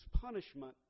punishment